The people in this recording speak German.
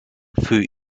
für